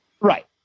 Right